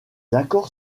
accords